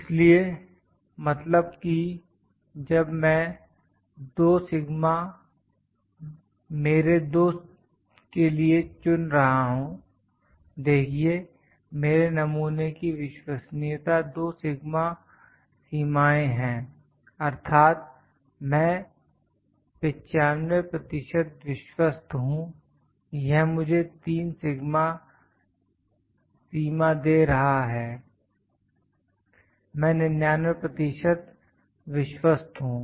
इसलिए मतलब की जब मैं 2 सिगमा सीमा मेरे 2 के लिए चुन रहा हूं देखिए मेरे नमूने की विश्वसनीयता 2 सिगमा सीमाएं हैं अर्थात मैं 95 प्रतिशत विश्वस्त हूं यह मुझे 3 सिगमा सीमा दे रहा है मैं 99 प्रतिशत विश्वस्त हूं